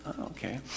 Okay